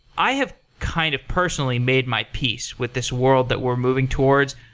i have kind of personally made my piece with this world that we're moving towards.